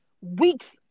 weeks